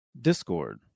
Discord